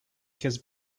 his